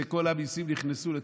כל המיסים נכנסו לתוקף,